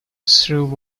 through